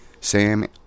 Sam